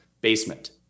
basement